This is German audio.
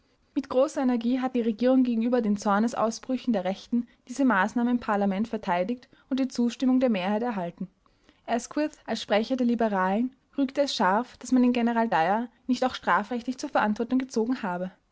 mit großer energie hat die regierung gegenüber den zornesausbrüchen der rechten diese maßnahme im parlament verteidigt und die zustimmung der mehrheit erhalten asquith als sprecher der liberalen rügte es scharf daß man den general dyer nicht auch strafrechtlich zur verantwortung gezogen habe